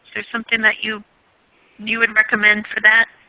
there something that you you would recommend for that?